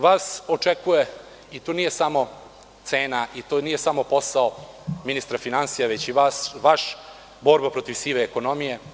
Vas očekuje, i to nije samo cena i posao ministra finansija već i vaš, borba protiv sive ekonomije.